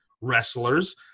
wrestlers